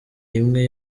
imwe